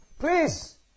Please